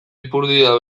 ipurdia